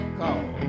call